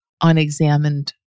unexamined